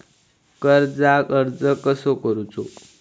कर्जाक अर्ज कसो करूचो?